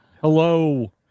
hello